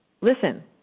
listen